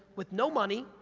with no money,